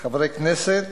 חברי כנסת,